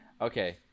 Okay